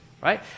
Right